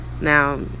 Now